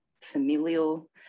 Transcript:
familial